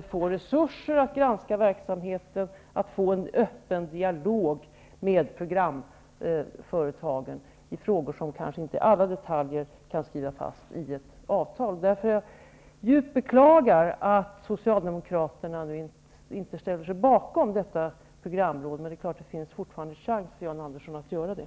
få resurser att granska verksamheten och få en öppen dialog med programföretagen i frågor som man kanske inte i alla detaljer kan skriva fast i ett avtal. Jag beklagar djupt att Socialdemokraterna nu inte ställer sig bakom detta programråd. Men det finns fortfarande chans för Jan Andersson att göra det.